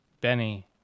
Benny